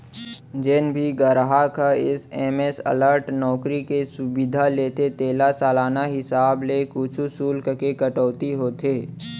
जेन भी गराहक ह एस.एम.एस अलर्ट नउकरी के सुबिधा लेथे तेला सालाना हिसाब ले कुछ सुल्क के कटौती होथे